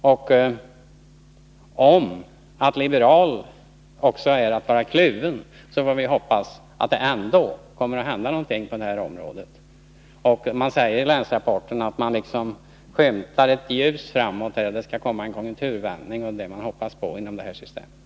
Om det med liberal menas att vara kluven, vill jag säga att vi hoppas att det ändå kommer att hända någonting på detta område. Det sägs i länsrapporten att man liksom skymtar ett ljus i fjärran och att det skall komma en konjunkturvändning, och det är väl något att hoppas på inom detta system.